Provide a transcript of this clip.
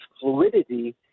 fluidity